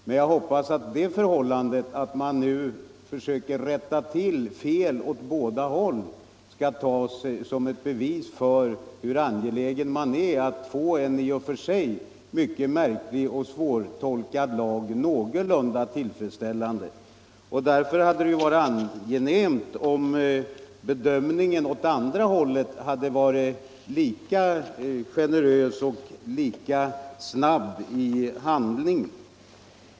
Men jag hoppas att det förhållandet att man nu försöker rätta till fel åt båda håll skall tas som bevis för hur angelägen man är att få en i och för sig mycket märklig och svårtolkad lag någorlunda tillfredsställande. Därför hade det varit angenämt om man i bedömningen åt andra hållet hade varit lika generös och lika snabb i handling.